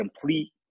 complete